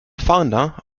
founder